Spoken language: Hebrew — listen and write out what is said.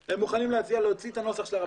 הם מוכנים להציע להוציא את הנוסח של הרבנים.